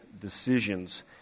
decisions